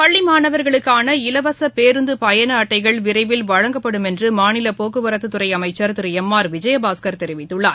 பள்ளிமாணவர்களுக்கான இலவசபேருந்துபயணஅட்டைகள் விரைவில் வழங்கப்படும் என்றுமாநிலபோக்குவரத்துத் துறைஅமைச்சர் திருஎம் ஆர் விஜயபாஸ்கர் தெரிவித்துள்ளார்